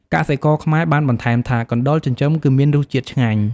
កសិករខ្មែរបានបន្ថែមថា កណ្តុរចិញ្ចឹមគឺមានរសជាតិឆ្ងាញ់។